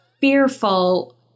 fearful